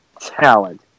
Talent